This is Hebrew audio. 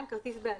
כרטיס בעלים,